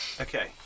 Okay